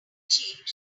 cheek